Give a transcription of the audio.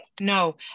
No